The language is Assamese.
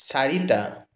চাৰিটা